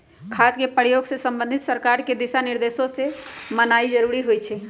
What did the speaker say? खाद के प्रयोग से संबंधित सरकार के दिशा निर्देशों के माननाइ जरूरी होइ छइ